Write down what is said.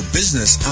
business